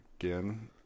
again